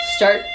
start